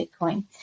Bitcoin